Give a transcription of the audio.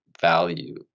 value